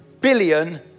billion